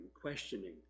questioning